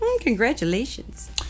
Congratulations